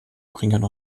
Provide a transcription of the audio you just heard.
bringen